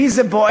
בי זה בוער,